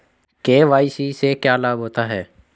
KYC से क्या लाभ होता है?